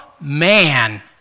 Man